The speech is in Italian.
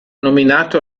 nominato